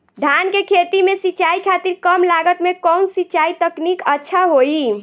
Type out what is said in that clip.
धान के खेती में सिंचाई खातिर कम लागत में कउन सिंचाई तकनीक अच्छा होई?